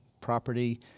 property